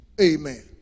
Amen